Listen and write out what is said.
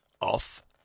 off